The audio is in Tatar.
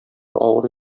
авыр